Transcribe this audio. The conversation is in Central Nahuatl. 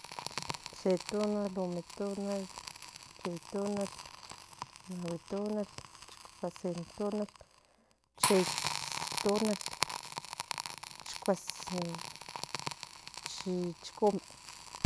Se tonal ome tonal yei tonal nagui tonal chicuase tonal yei tonal chicuse chic e